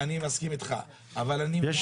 אני מסכים איתך שהוא צריך להיות בקי בתכנון.